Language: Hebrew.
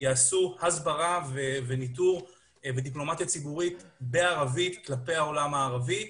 יעשו הסברה וניטור בדיפלומטיה ציבורית בערבית כלפי העולם הערבי.